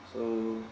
so